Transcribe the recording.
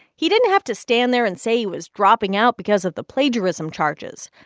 he didn't have to stand there and say he was dropping out because of the plagiarism charges.